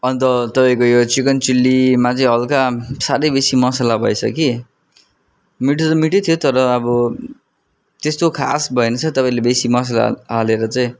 अन्त तपाईँको यो चिकन चिल्लीमा चाहिँ हल्का साह्रै बेसी मसाला भएछ कि मिठो त मिठो थियो तर अब त्यस्तो खास भएन रहेछ तपाईँले बेसी मसाला हालेर चाहिँ